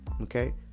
Okay